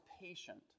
patient